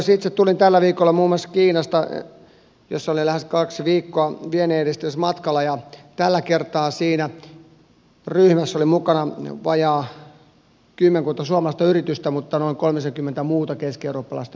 itse tulin tällä viikolla muun muassa kiinasta jossa olin lähes kaksi viikkoa vienninedistämismatkalla ja tällä kertaa siinä ryhmässä oli mukana vajaat kymmenkunta suomalaista yritystä mutta noin kolmisenkymmentä muuta keskieurooppalaista yritystä